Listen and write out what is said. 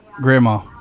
grandma